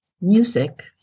music